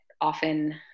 often